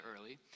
early